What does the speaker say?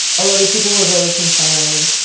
a lot of people were really concerned.